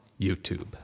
YouTube